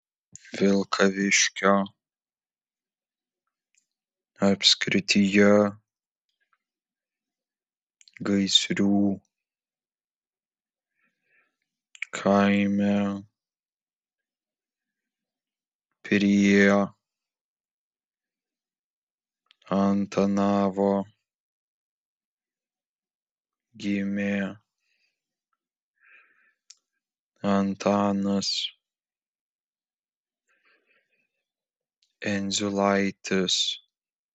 vilkaviškio apskrityje gaisrių kaime prie antanavo gimė antanas endziulaitis